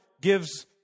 gives